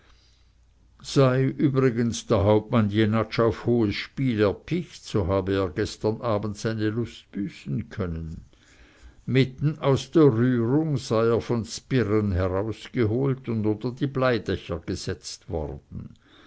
sei übrigens der hauptmann jenatsch auf hohes spiel erpicht so habe er gestern abend seine lust büßen können mitten aus der rührung sei er von sbirren herausgeholt und unter die bleidächer gesetzt worden